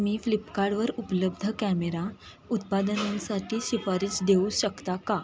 मी फ्लिपकार्डवर उपलब्ध कॅमेरा उत्पादनांसाठी शिफारस देऊ शकता का